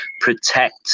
protect